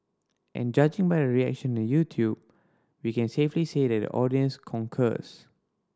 and judging by the reaction YouTube we can safely say that the audience concurs